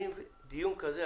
בדיון כזה,